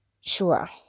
sure